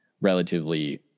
relatively